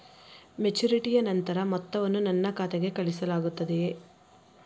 ಮೆಚುರಿಟಿಯ ನಂತರ ಮೊತ್ತವನ್ನು ನನ್ನ ಖಾತೆಗೆ ಕಳುಹಿಸಲಾಗುತ್ತದೆಯೇ?